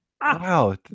Wow